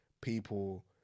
people